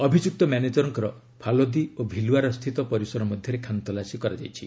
ଅଭିଯୁକ୍ତ ମ୍ୟାନେଜରଙ୍କର ଫାଲୋଦି ଓ ଭିଲୱାରା ସ୍ଥିତ ପରିସର ମଧ୍ୟରେ ଖାନତଲାସୀ କରାଯାଇଛି